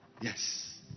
Yes